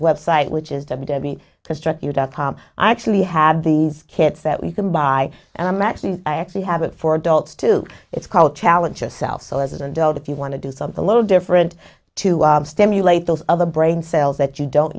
website which is i'm debbie to strike you dot com i actually have these kits that we can buy and i'm actually i actually have it for adults too it's called challenge yourself so as an adult if you want to do something a little different to stimulate those other brain cells that you don't